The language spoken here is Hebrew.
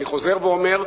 אני חוזר ואומר,